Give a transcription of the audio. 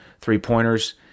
three-pointers